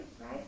right